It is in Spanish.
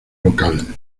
local